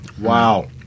Wow